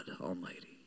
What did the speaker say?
Almighty